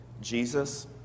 Jesus